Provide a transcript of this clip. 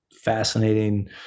fascinating